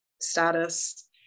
status